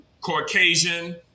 Caucasian